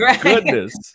goodness